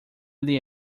ele